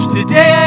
Today